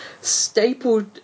stapled